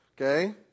Okay